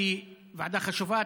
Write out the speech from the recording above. שהיא ועדה חשובה?